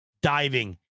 diving